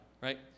Right